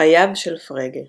חייו של פרגה